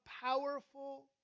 powerful